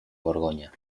borgoña